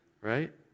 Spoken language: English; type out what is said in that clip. Right